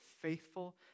faithful